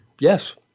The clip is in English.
Yes